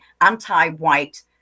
anti-white